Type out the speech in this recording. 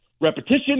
repetition